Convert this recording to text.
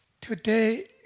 Today